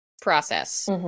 process